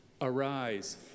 Arise